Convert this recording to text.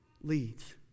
leads